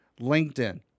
LinkedIn